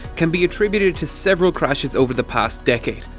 can be attributed to several crashes over the past decade.